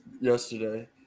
yesterday